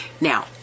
Now